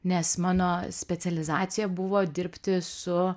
nes mano specializacija buvo dirbti su